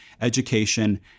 education